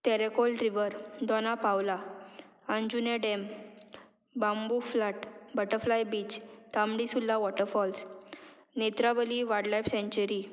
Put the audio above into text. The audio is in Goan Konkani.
Terekhol river Dona Paula Anjunem dam bamboo flat butterfly beach Tambdi Surla waterfalls Netravali wildlife सँच्युरी